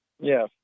Yes